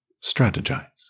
strategize